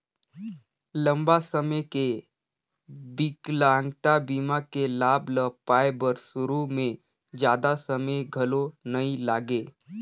लंबा समे के बिकलांगता बीमा के लाभ ल पाए बर सुरू में जादा समें घलो नइ लागे